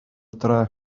dref